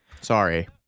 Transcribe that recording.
sorry